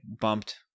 bumped